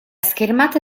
schermata